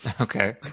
okay